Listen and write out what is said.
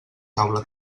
taula